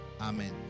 Amen